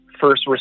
first